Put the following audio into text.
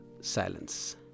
silence